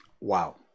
Wow